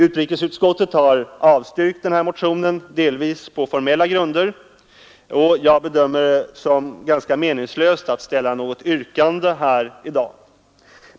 Utrikesutskottet har avstyrkt motionen, delvis på formella grunder, och jag bedömer det som meningslöst att nu ställa något yrkande.